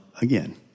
again